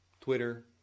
Twitter